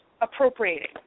Appropriating